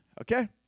okay